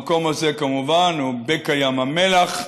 המקום הזה, כמובן, הוא בקע ים המלח,